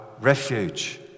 refuge